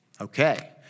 Okay